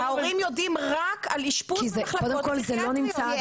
ההורים יודעים רק על אשפוז במחלקות פסיכיאטריות.